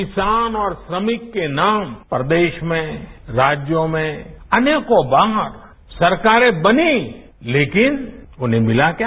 किसान और श्रमिक के नाम पर देश में राज्यों में अनेकों बार सरकारें बनी लेकिन उन्हें मिला क्या